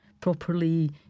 properly